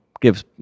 gives